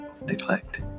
neglect